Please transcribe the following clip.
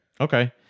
Okay